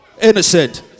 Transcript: Innocent